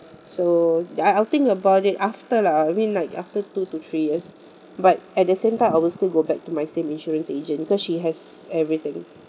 so I'll I'll think about it after lah I mean like after two to three years but at the same time I will still go back to my same insurance agent because she has everything